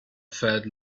felt